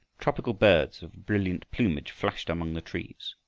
tropical birds of brilliant plumage flashed among the trees.